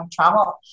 travel